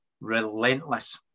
relentless